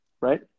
right